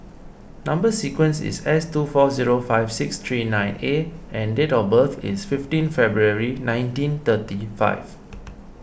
Number Sequence is S two four zero five six three nine A and date of birth is fifteen February nineteen thirty five